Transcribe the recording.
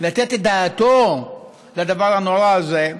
לתת את דעתו לדבר הנורא הזה,